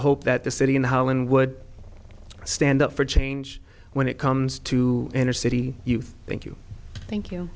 hope that the city and holland would stand up for change when it comes to inner city youth thank you thank you